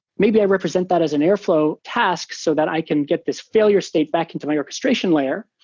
maybe i represent that as in airflow task so that i can get this failure state back into my orchestration layer.